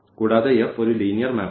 കൂടാതെ F ഒരു linear മാപ്പാമാണ്